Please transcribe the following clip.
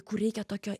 kur reikia tokio i